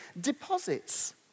deposits